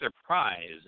surprise